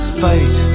fight